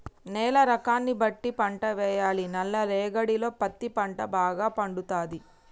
నేల రకాన్ని బట్టి పంట వేయాలి నల్ల రేగడిలో పత్తి పంట భాగ పండుతది